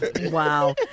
Wow